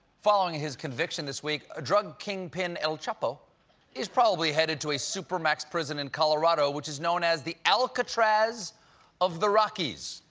following his conviction this week, ah drug kingpin el chapo is probably headed to a super-max prison in colorado, which is known as the alcatraz of the rockies,